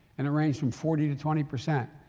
and it ranged from forty to twenty percent.